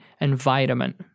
environment